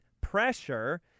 pressure